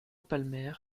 palmer